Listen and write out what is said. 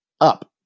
up